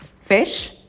fish